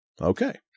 Okay